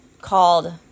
called